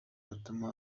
yatuma